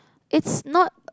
it's not